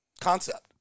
concept